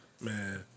Man